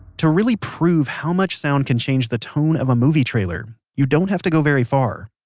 to really prove how much sound can change the tone of a movie trailer, you don't have to go very far.